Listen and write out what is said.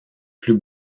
plus